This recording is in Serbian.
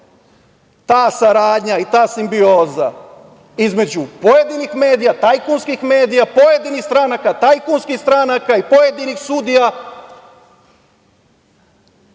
ta saradnja i ta simbioza između pojedinih medija, tajkunskih medija, pojedinih stranaka, tajkunskih stranaka, i pojedinih sudija